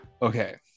Okay